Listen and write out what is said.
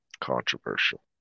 Controversial